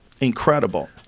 incredible